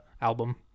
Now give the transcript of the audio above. album